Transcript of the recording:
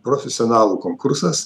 profesionalų konkursas